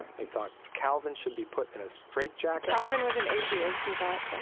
he thought calvin should be put in a straightjacket calvin was an atheist, he thought, right?